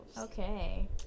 Okay